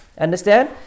understand